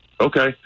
Okay